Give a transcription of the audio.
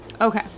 Okay